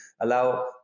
allow